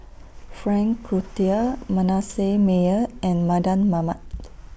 Frank Cloutier Manasseh Meyer and Mardan Mamat